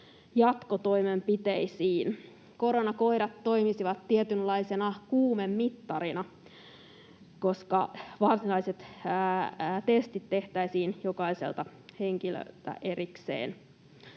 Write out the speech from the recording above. jatkotoimenpiteisiin. Koronakoirat toimisivat tietynlaisena kuumemittarina, koska varsinaiset testit tehtäisiin jokaiselta henkilöltä erikseen.